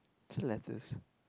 said lettuce